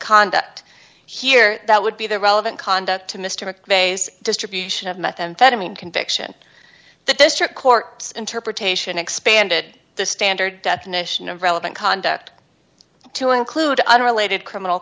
conduct here that would be the relevant conduct to mr mcveigh's distribution of methamphetamine conviction the district court interpretation expanded the standard definition of relevant conduct to include unrelated criminal